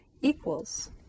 equals